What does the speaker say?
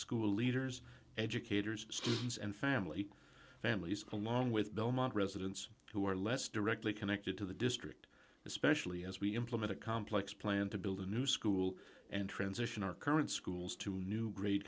school leaders educators students and family families along with belmont residents who are less directly connected to the district especially as we implement a complex plan to build a new school and transition our current schools to new gr